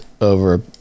over